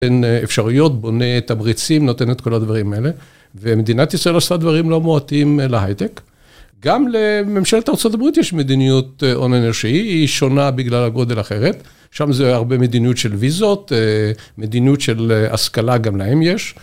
אפשרויות, בונה את הבריצים, נותנת כל הדברים האלה. ומדינת ישראל עושה דברים לא מועטים להייטק. גם לממשלת ארה״ב יש מדיניות הון אנושי, היא שונה בגלל הגודל אחרת. שם זה הרבה מדיניות של ויזות, מדיניות של השכלה, גם להן יש.